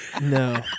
No